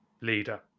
leader